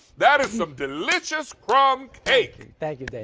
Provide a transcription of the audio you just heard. that is some delicious crumb cake. thank you.